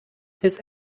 his